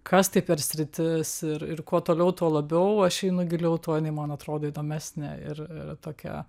kas tai per sritis ir ir kuo toliau tuo labiau aš einu giliau tuo jinai man atrodo įdomesnė ir ir tokia